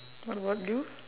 what about you